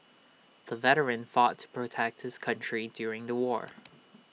the veteran fought to protect his country during the war